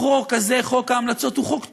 החוק הזה, חוק ההמלצות, הוא חוק טוב.